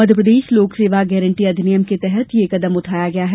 मध्यप्रदेश लोकसेवा गारंटी अधिनियम के तहत ये कदम उठाया गया है